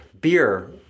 beer